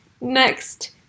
next